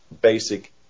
basic